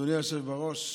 אדוני היושב בראש,